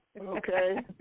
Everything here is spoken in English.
Okay